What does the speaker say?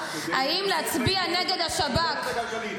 האם להצביע נגד השב"כ ------ בהתייעלות הכלכלית,